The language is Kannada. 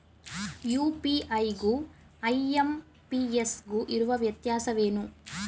ಯು.ಪಿ.ಐ ಗು ಐ.ಎಂ.ಪಿ.ಎಸ್ ಗು ಇರುವ ವ್ಯತ್ಯಾಸವೇನು?